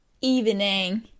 evening